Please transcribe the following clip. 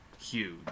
huge